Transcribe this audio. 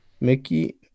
Mickey